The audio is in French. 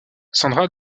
sandra